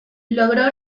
logró